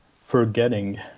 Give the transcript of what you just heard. Forgetting